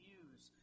use